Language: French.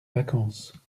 vacances